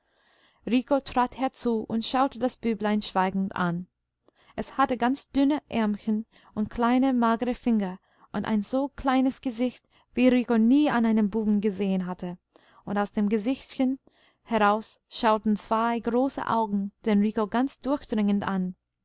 rico trat herzu und schaute das büblein schweigend an es hatte ganz dünne ärmchen und kleine magere finger und ein so kleines gesicht wie rico nie an einem buben gesehen hatte und aus dem gesichtchen heraus schauten zwei große augen den rico ganz durchdringend an